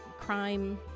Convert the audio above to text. crime